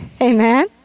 Amen